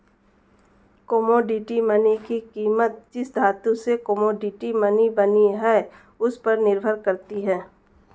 commodity money की कीमत जिस धातु से कोमोडिटी मनी बनी है उस पर निर्भर करती है